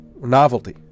Novelty